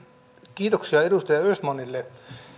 kiitoksia edustaja östmanille